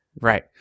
Right